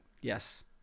Yes